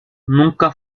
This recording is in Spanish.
nunca